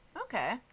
Okay